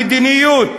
המדיניות